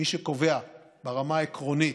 מי שקובע ברמה העקרונית,